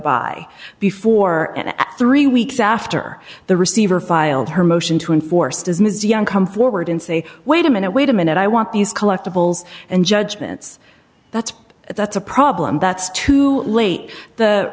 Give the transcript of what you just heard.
by before and three weeks after the receiver filed her motion to enforce does ms young come forward and say wait a minute wait a minute i want these collectibles and judgments that's that's a problem that's too late the